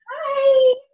hi